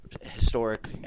historic